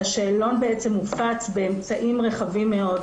שהשאלון בעצם מופץ באמצעים רחבים מאוד,